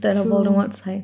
true